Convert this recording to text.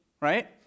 right